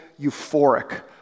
euphoric